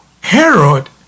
Herod